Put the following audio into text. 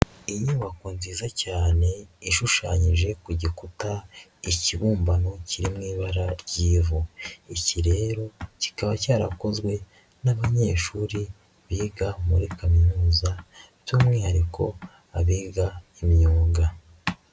Inyubako nziza cyane ishushanyije ku gikuta ikibumbano kiri mu ibara ry'ivu, iki rero kikaba cyarakozwe n'abanyeshuri biga muri kaminuza by'umwihariko abiga imyuga.